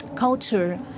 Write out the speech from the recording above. Culture